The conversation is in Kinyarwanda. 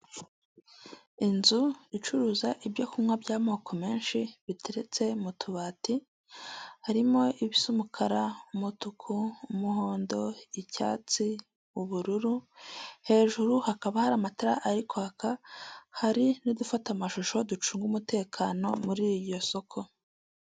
Inzu icuruza ibyo kunywa by'amoko menshi, biteretse m'utubati, harimo ibisa umukara; umutuku; umuhondo; icyatsi; ubururu; hejuru hakaba hari amatara ari kwaka, hari n'udufata amashusho ducunga umutekano muri iryo soko.